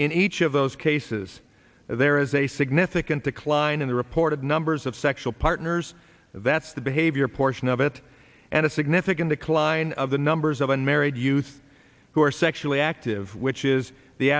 in each of those cases there is a significant decline in the reported numbers of sexual partners that's the behavior portion of it and a significant decline of the numbers of unmarried youth who are sexually active which is the